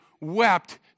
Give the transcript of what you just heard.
wept